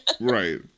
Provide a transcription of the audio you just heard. right